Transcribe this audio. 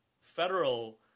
federal